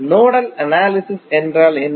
nodal analysis என்றால் என்ன